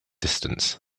distance